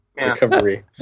Recovery